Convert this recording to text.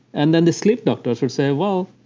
and then the sleep doctor would say well,